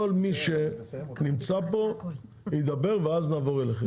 כל מי שנמצא פה ידבר, ואז נעבור אליכם.